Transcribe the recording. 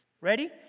Ready